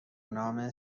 نام